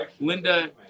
Linda